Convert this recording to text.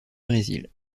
brésil